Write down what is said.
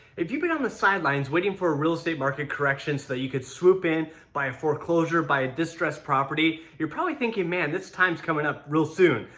if you've been on the sidelines waiting for a real estate market correction so you could swoop in buy a foreclosure buy a distressed property you're probably thinking man this times coming up real soon.